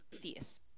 fierce